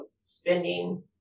spending